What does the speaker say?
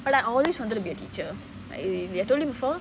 but I always wanted to be a teacher like I told you before